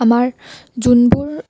আমাৰ যোনবোৰ